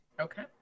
Okay